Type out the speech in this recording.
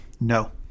No